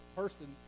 person